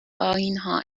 آئینها